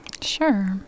Sure